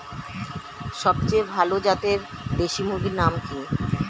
সবচেয়ে ভালো জাতের দেশি মুরগির নাম কি?